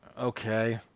Okay